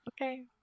okay